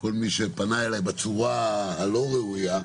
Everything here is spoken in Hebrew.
כל מי שפנה אליי בצורה לא ראויה,